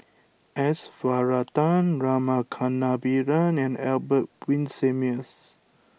S Varathan Rama Kannabiran and Albert Winsemius